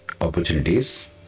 opportunities